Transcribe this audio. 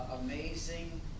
amazing